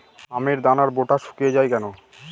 আমের দানার বোঁটা শুকিয়ে য়ায় কেন?